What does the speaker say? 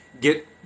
get